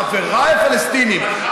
חבריי הפלסטינים,